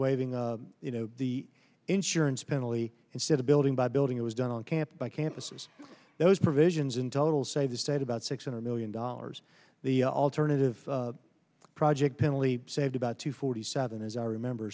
waiving you know the insurance penalty instead of building by building it was done on campus by campuses those provisions in total save the state about six hundred million dollars the alternative project penley saved about two forty seven as i remember